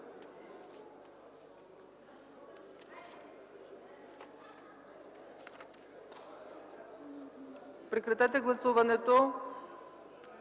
прекратете гласуването.